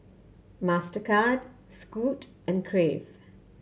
Mastercard Scoot and Crave